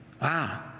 Wow